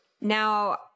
Now